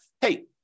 hey